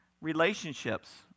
relationships